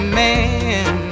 man